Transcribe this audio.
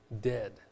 dead